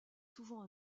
souvent